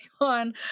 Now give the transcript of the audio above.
on